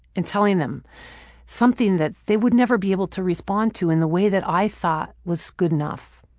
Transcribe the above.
and telling them something that they would never be able to respond to in the way that i thought was good enough.